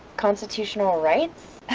constitutional rights?